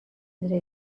never